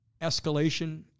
escalation